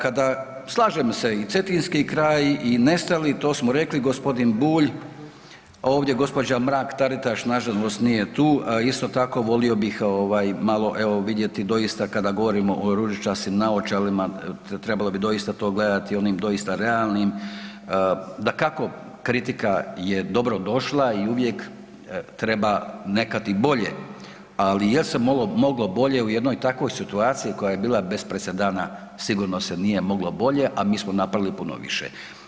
Kada, slažem se i Cetinski kraj i nestali to smo rekli, gospodin Bulj, ovdje gospođa Mrak Taritaš nažalost nije tu, isto tako volio bih ovaj malo evo vidjeti doista kada govorimo o ružičastim naočalama trebalo bi doista to gledati onim doista realnim, dakako kritika je dobro došla i uvijek treba nekad i bolje, ali jel se moglo bolje u jednoj takvoj situaciji koja je bila bez presedan, sigurno se nije moglo bolje, a mi smo napravili puno više.